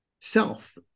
self